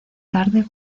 tarde